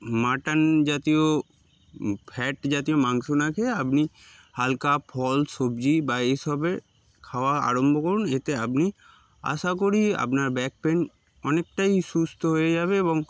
mutton জাতীয় fat জাতীয় মাংস না খেয়ে আপনি হালকা ফল সবজি বা এসব খাওয়া আরম্ভ করুন এতে আপনি আশা করি আপনার ব্যাকপেন অনেকটাই সুস্থ হয়ে যাবে এবং